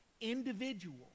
individual